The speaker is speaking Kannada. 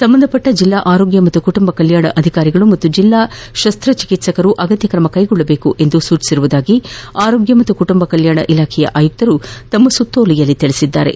ಸಂಬಂಧ ಪಟ್ಟ ಜಿಲ್ಲಾ ಆರೋಗ್ಯ ಮತ್ತು ಕುಟುಂಬ ಕಲ್ಯಾಣಾಧಿಕಾರಿಗಳು ಹಾಗೂ ಜಿಲ್ಲಾ ಶಸ್ತ್ರ ಚೆಕಿತ್ಸಕರು ಅಗತ್ಯ ಕ್ರಮ ಕೈಗೊಳ್ಳಬೇಕೆಂದು ಸೂಚಿಸಿರುವುದಾಗಿ ಆರೋಗ್ಯ ಮತ್ತು ಕುಟುಂಬ ಕಲ್ಯಾಣ ಇಲಾಖೆಯ ಆಯುಕ್ತರು ತಮ್ಮ ಸುತ್ತೋಲೆಯಲ್ಲಿ ತಿಳಿಸಿದ್ದಾರೆ